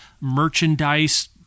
merchandise